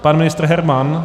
Pan ministr Herman!